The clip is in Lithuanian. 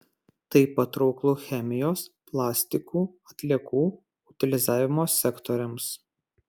tai patrauklu chemijos plastikų atliekų utilizavimo sektoriams